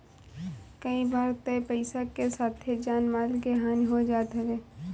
कई बार तअ पईसा के साथे जान माल के हानि हो जात हवे